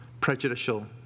prejudicial